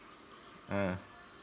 ah